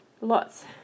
lots